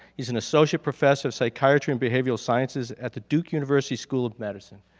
he's an associate professor of psychiatry and behavioral sciences at the duke university school of medicine.